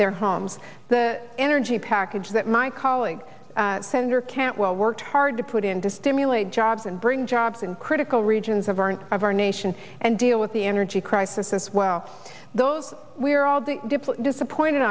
their homes the energy package that my colleague senator cantwell worked hard to put in to stimulate jobs and bring jobs in critical regions of aren't of our nation and deal with the energy crisis as well those we're all the diplo disappointed